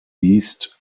east